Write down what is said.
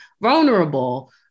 vulnerable